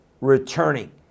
returning